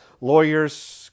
lawyers